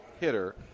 hitter